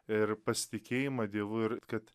ir pastikėjimą dievu ir kad